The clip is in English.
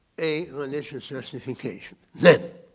a religious you know specification. then